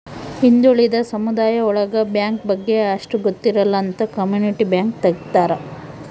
ಹಿಂದುಳಿದ ಸಮುದಾಯ ಒಳಗ ಬ್ಯಾಂಕ್ ಬಗ್ಗೆ ಅಷ್ಟ್ ಗೊತ್ತಿರಲ್ಲ ಅಂತ ಕಮ್ಯುನಿಟಿ ಬ್ಯಾಂಕ್ ತಗ್ದಾರ